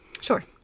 Sure